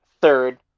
third